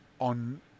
on